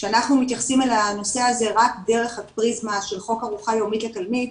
כשאנחנו מתייחסים אל הנושא רק דרך הפריזמה של חוק ארוחה יומית לתלמיד,